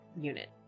Unit